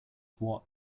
watt